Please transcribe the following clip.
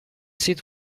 seat